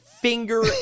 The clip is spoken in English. finger